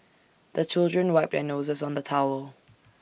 the children wipe their noses on the towel